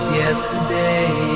yesterday